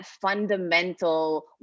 fundamental